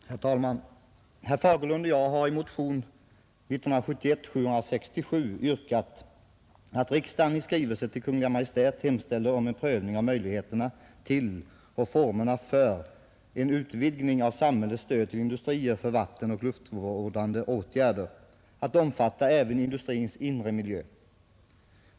Herr talman! Herr Fagerlund och jag har i motion nr 767 yrkat att riksdagen i skrivelse till Kungl. Maj:t hemställer om en prövning av möjligheterna till och formerna för en utvidgning av samhällets stöd till industrier för vattenoch luftvårdande åtgärder att omfatta även industrins inre miljö.